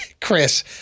Chris